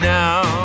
now